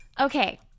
Okay